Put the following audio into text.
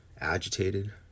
agitated